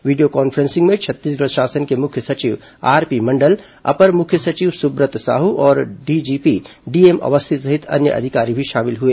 वीडियों conferencing में छत्तीसगढ़ शासन के मुख्य सचिव आरपी मंडल अपर मुख्य सचिव सुब्रत साह और डीजीपी डीएम अवस्थी सहित अन्य अधिकारी भी शॉमिल हुए